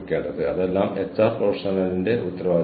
ഇപ്പോൾ അതാണ് team human ക്യാപിറ്റലിന്റെ വികസനം